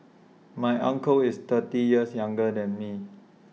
my uncle is thirty years younger than me